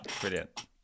Brilliant